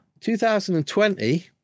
2020